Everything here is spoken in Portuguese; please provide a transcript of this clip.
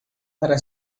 para